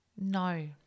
no